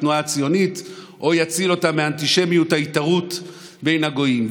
התנועה הציונית או תציל אותם מאנטישמיות ההתערות בין הגויים.